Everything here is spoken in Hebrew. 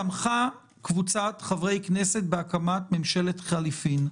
תמכה קבוצת חברי כנסת בהקמת ממשלת חילופים.